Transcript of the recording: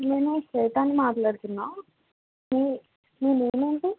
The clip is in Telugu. నేను స్వేతని మాట్లాడుతున్నాను మీ మీ నేమేంటి